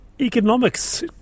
economics